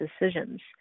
decisions